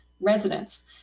residents